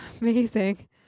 amazing